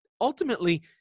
ultimately